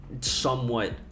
somewhat